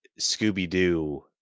Scooby-Doo